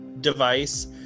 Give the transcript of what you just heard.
device